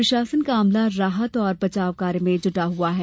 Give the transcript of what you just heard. प्रशासन का अमला राहत और बचाव कार्य में जुटा हुआ है